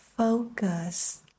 Focus